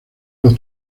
los